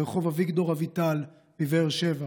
הרכב ברחוב אביגדור אביטל בבאר שבע.